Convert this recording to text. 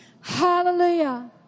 Hallelujah